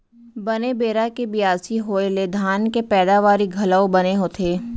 बने बेरा के बियासी होय ले धान के पैदावारी घलौ बने होथे